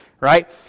right